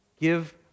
give